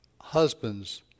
husbands